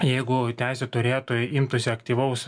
jeigu teisių turėtojai imtųsi aktyvaus